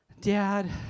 Dad